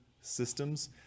systems